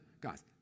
guys